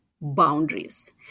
boundaries